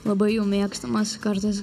labai jau mėgstamas kartais